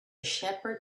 shepherd